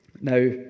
Now